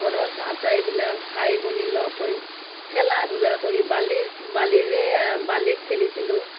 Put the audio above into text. ঘৰত আটাইবিলাক ভাই ভনী লগ হৈ খেলা ধূলা কৰি বালিত বালিৰে বালিত খেলিছিলোঁ